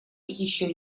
еще